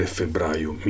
febbraio